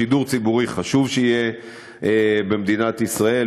שידור ציבורי חשוב שיהיה במדינת ישראל.